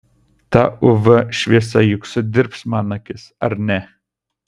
ta uv šviesa juk sudirbs man akis ar ne